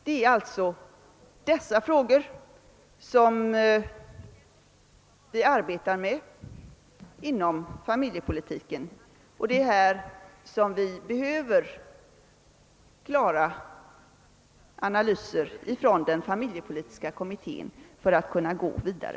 Det är alltså dessa frågor som vi arbetar med inom familjepolitiken, och det är här vi behöver klara analyser från familjepolitiska kommittén för att kunna gå vidare.